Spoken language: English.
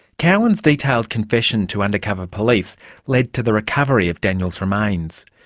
cowan's detailed confession to undercover police led to the recovery of daniel's remains.